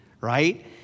right